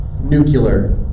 nuclear